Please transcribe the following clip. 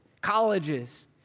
colleges